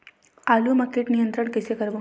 आलू मा कीट नियंत्रण कइसे करबो?